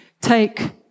take